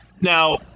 Now